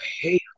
hey